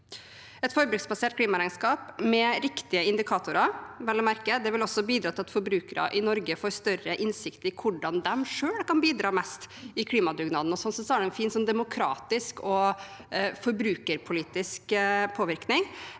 Et forbruksbasert klimaregnskap, med riktige indikatorer, vel å merke, vil også bidra til at forbrukere i Norge får større innsikt i hvordan de selv kan bidra mest i klimadugnaden. Sånn sett har det en fin demokratisk og forbrukerpolitisk påvirkning.